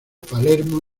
palermo